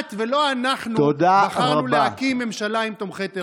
את, לא אנחנו, בחרת להקים ממשלה עם תומכי טרור.